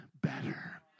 better